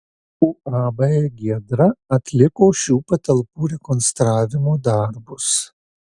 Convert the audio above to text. uab giedra atliko šių patalpų rekonstravimo darbus